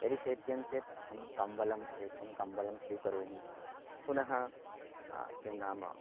यदि शैत्यं चेत् अहं कम्बलम् एकं कम्बलं स्वीकरोमि पुनः किं नाम